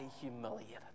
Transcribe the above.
humiliated